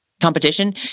competition